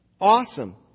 awesome